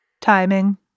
Timing